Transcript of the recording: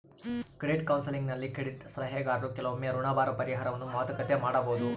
credit ಕೌನ್ಸೆಲಿಂಗ್ನಲ್ಲಿ credit ಸಲಹೆಗಾರರು ಕೆಲವೊಮ್ಮೆ ಋಣಭಾರ ಪರಿಹಾರವನ್ನು ಮಾತುಕತೆ ಮಾಡಬೊದು